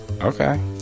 Okay